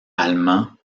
allemands